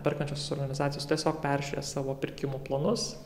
perkančiosios organizacijos tiesiog peržiūrės savo pirkimų planus